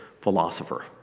philosopher